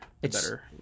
better